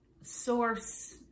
source